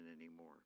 anymore